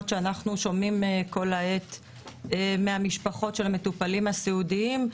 שאנחנו שומעים כל העת מהמשפחות של המטופלים הסיעודיים,